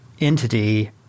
entity –